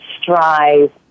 strive